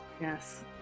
yes